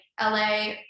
la